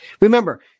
Remember